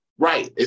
Right